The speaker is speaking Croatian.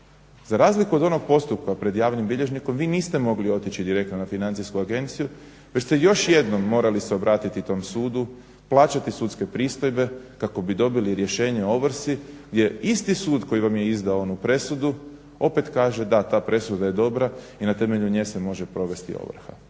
za razliku od onog postupka pred javnim bilježnikom vi niste mogli otići direktno na Financijsku agenciju već ste još jednom morali se obratiti tom sudu, plaćati sudske pristojbe kako bi dobili rješenje o ovrsi gdje isti sud koji vam je izdao onu presudu opet kaže da ta presuda je dobra i na temelju nje se može provesti ovrha.